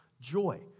joy